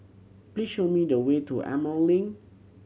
please show me the way to Emerald Link